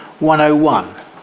101